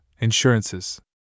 insurances